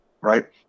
right